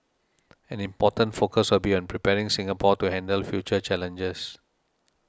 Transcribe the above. an important focus will be on preparing Singapore to handle future challenges